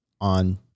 on